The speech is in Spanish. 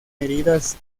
heridas